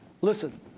Listen